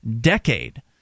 decade